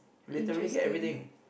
literally get everything